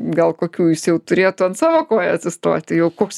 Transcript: gal kokių jis jau turėtų ant savo kojų atsistoti jau koks